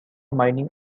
mining